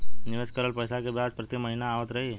निवेश करल पैसा के ब्याज प्रति महीना आवत रही?